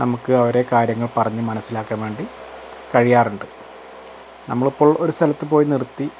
നമുക്ക് അവരെ കാര്യയങ്ങൾ പറഞ്ഞു മനസ്സിലാക്കാൻവേണ്ടി കഴിയാറുണ്ട് നമ്മളിപ്പോൾ ഒരു സ്ഥലത്തു പോയി നിർത്തി